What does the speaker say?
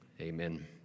Amen